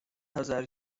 حذر